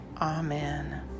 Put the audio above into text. Amen